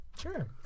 Sure